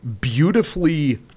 beautifully